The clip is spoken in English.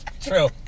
True